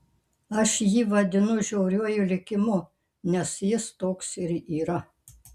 aš jį vadinu žiauriuoju likimu nes jis toks ir yra